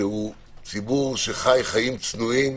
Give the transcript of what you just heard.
שחי חיים צנועים,